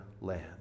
land